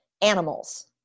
animals